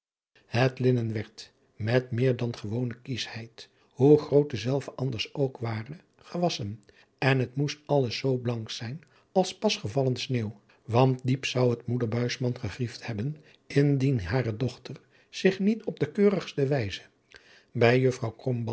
linnen werd met meer dan gewone kieschheid hoe groot dezelve anders ook ware gewasschen en het moest alles zoo blank zijn als pas gevallen sneeuw want diep zou het moeder buisman gegriefd hebben indien hare dochter zich niet op de keurigste wijze biz juffrouw